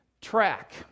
track